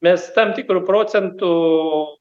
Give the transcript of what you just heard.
mes tam tikru procentu